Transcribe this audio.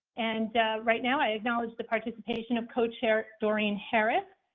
and right now i acknowledge the participation of co chair during harris.